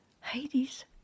Hades